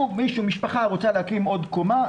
משפחה רוצה להקים עוד קומה,